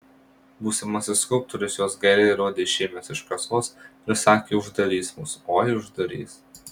būsimasis skulptorius juos gailiai rodė išėmęs iš kasos ir sakė uždarys mus oi uždarys